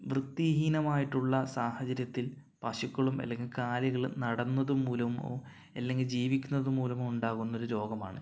വൃത്തി ഹീനമായിട്ടുള്ള സാഹചര്യത്തിൽ പശുക്കളും അല്ലെങ്കിൽ കാലികളും നടന്നതു മൂലമോ അല്ലെങ്കിൽ ജീവിക്കുന്നത് മൂലമോ ഉണ്ടാകുന്നൊരു രോഗമാണ്